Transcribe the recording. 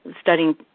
studying